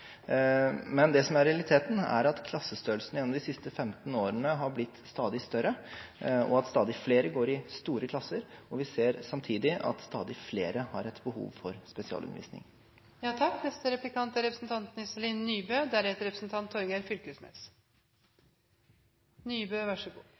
Men realiteten er at klassestørrelsene gjennom de siste 15 årene har blitt stadig større, og stadig flere går i store klasser. Vi ser samtidig at stadig flere har behov for spesialundervisning. I likhet med flere andre vil jeg også spørre litt om den økte lærertettheten i 1.–4. klasse. Nå er